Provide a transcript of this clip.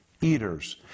eaters